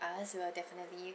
us we'll definitely